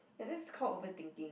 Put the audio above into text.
ya that's called overthinking